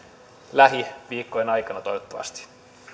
lähiviikkojen aikana toivottavasti